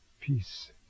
Peace